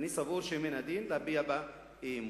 אני סבור שמן הדין להביע בה אי-אמון.